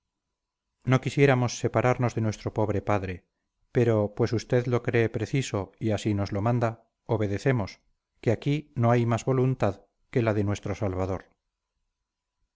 no quisiéramos separarnos de nuestro pobre padre pero pues usted lo cree preciso y así nos lo manda obedecemos que aquí no hay más voluntad que la de nuestro salvador